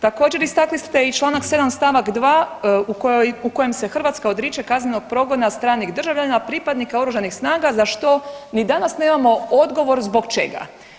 Također istakli ste i članak 7. stavak 2. u kojem se Hrvatska odriče kaznenog progona stranih državljana pripadnika oružanih snaga za što ni danas nemamo odgovor zbog čega.